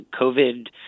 COVID